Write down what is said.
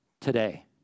today